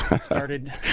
started